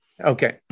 Okay